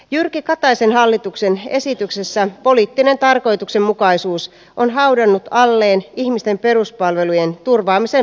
jyrki kataisen hallituksen esityksessä poliittinen tarkoituksenmukaisuus on haudannut alleen ihmisten peruspalvelujen turvaamisen välttämättömyyden